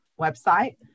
website